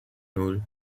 nul